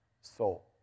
soul